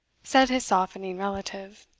said his softening relative.